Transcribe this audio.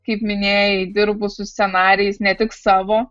kaip minėjai dirbu su scenarijais ne tik savo